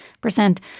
percent